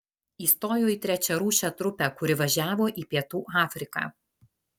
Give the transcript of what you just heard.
įstojo į trečiarūšę trupę kuri važiavo į pietų afriką